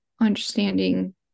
understanding